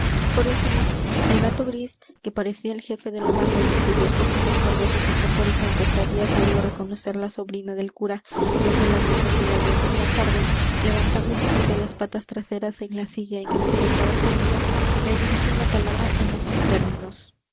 por último el gato gris que parecía el jefe de la banda y en cuyos ojillos verdosos y fosforescentes había creído reconocer la sobrina del cura los de la vieja que le habló por la tarde levantándose sobre las patas traseras en la silla en que se encontraba subido le dirigió la palabra en estos términos